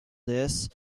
this